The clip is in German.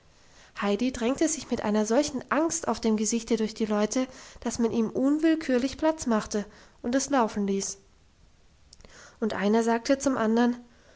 heidi drängte sich mit einer solchen angst auf dem gesichte durch die leute dass man ihm unwillkürlich platz machte und es laufen ließ und einer sagte zum anderen